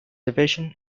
division